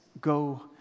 go